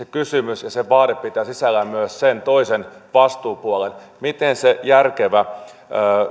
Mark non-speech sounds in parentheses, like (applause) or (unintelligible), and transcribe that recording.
(unintelligible) kysymys ja se vaade pitää sisällään myös sen toisen vastuupuolen miten se järkevä